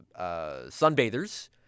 sunbathers